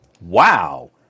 Wow